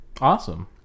awesome